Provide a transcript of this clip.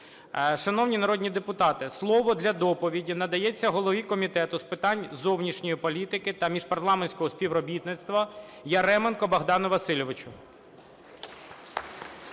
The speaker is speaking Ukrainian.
Шановні народні депутати, слово для доповіді надається голові Комітету з питань зовнішньої політики та міжпарламентського співробітництва Яременку Богдану Васильовичу.